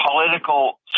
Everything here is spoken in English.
political